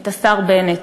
את השר בנט,